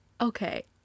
Okay